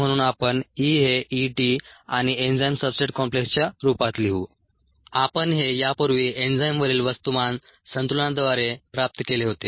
म्हणून आपण E हे E t आणि एन्झाईम सब्सट्रेट कॉम्प्लेक्सच्या रुपात लिहू आपण हे यापूर्वी एन्झाईमवरील वस्तुमान संतुलनाद्वारे प्राप्त केले होते